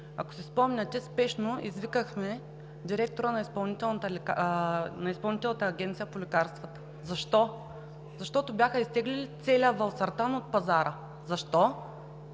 ако си спомняте, спешно извикахме директора на Изпълнителната агенция по лекарствата. Защо? Защото бяха изтеглили целия валсартан от пазара, от